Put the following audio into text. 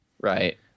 Right